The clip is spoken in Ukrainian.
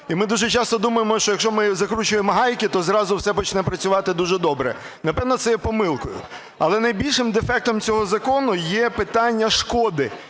і ми дуже часто думаємо, що якщо ми "закручуємо гайки", то зразу все почне працювати дуже добре. Напевно, це є помилкою. Але найбільшим дефектом цього закону є питання шкоди,